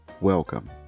Welcome